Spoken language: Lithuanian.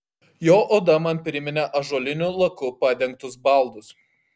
jo oda man priminė ąžuoliniu laku padengtus baldus